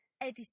edit